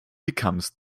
becomes